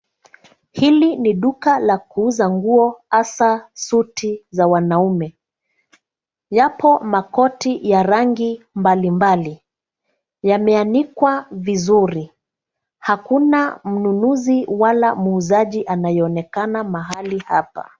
Hili ni duka la kuuza nguo, hasaa suti za wanaume. Yapo makoti ya rangi mbali mbali. Yameanikwa vizuri. Hakuna mnunuzi wala muuzaji anayeonekana mahali hapa.